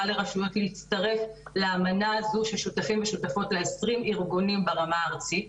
לרשויות להצטרף לאמנה הזו ששותפים ושותפות לה 20 ארגונים ברמה הארצית.